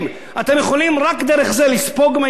אתם יכולים רק דרך זה לספוג מהיצואנים